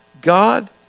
God